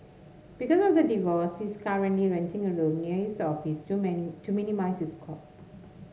because of the divorce she is currently renting a room near his office to mini to minimise his costs